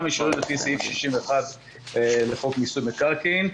אישורים לפי סעיף 61 לחוק מיסוי מקרקעין.